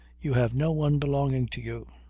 you have no one belonging to you.